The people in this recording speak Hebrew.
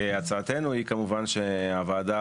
הצעתנו היא שהוועדה